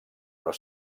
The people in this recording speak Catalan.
però